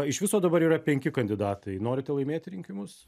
iš viso dabar yra penki kandidatai norite laimėti rinkimus